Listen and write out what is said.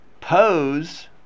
pose